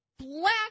Black